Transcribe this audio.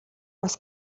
бас